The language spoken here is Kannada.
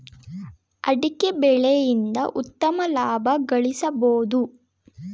ಅಡಿಕೆ ಬೆಳೆಯಿಂದ ಉತ್ತಮ ಲಾಭ ಗಳಿಸಬೋದು